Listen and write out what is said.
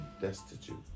destitute